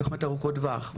תוכניות ארוכות טווח,